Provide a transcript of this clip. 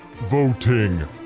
voting